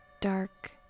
dark